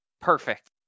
Perfect